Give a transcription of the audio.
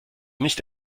nicht